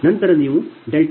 ನಂತರ ನೀವು Pg13700